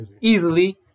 easily